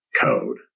code